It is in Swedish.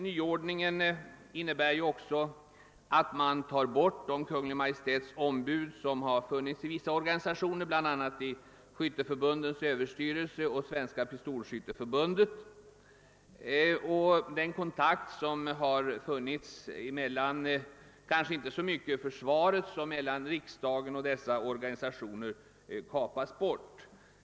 Nyordningen innebär också att man tar bort de Kungl. Maj:ts ombud som har funnits i vissa organisationer, bl.a. i Skytteförbundens överstyrelse och i Svenska pistolskytteförbundet. Den kontakt som har funnits mellan kanske inte så mycket försvaret och dess organisationer som mellan riksdagen och organisationerna bryts därmed.